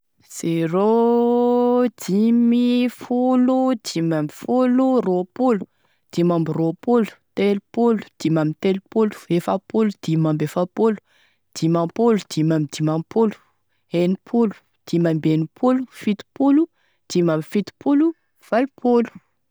Zéro, dimy, folo, dimy ambe folo, roapolo, dimy ambe roapolo, telopolo, dimy ambe telopolo, efapolo, dimy ambe efapolo, dimampolo, dimy ambe dimampolo, enipolo, dimy ambe enipolo, fitopolo, dimy ambe fitopolo, valopolo.